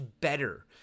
better